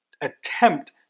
attempt